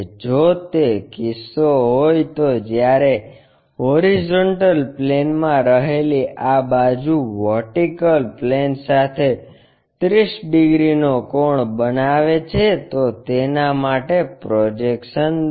જો તે કિસ્સો હોય તો જ્યારે HP મા રહેલી આ બાજુ વર્ટિકલ પ્લેન સાથે 30 ડિગ્રીનો કોણ બનાવે છે તો તેના માટે પ્રોજેક્શન દોરો